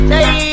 Hey